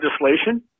legislation